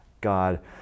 God